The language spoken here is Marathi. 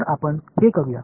तर आपण हे करूया